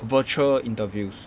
virtual interviews